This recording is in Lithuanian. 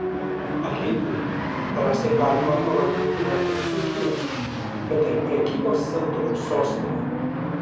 alytų drąsiai galima pavadinti ne tik dzūkijos bet ir prekybos centrų sostine